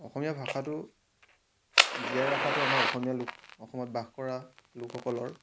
অসমীয়া ভাষাটো জীয়াই ৰখাটো আমাৰ অসমীয়া লোক অসমত বাস কৰা লোকসকলৰ